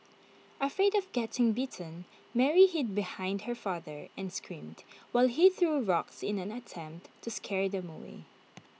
afraid of getting bitten Mary hid behind her father and screamed while he threw rocks in an attempt to scare them away